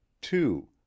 two